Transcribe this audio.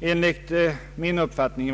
enligt min uppfattning.